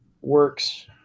works